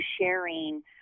sharing